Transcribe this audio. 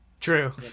True